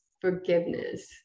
forgiveness